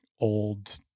old